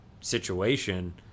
situation